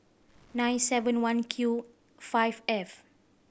nine seven one Q five F